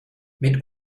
mit